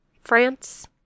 France